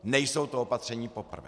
Nejsou to opatření poprvé.